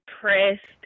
pressed